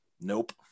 Nope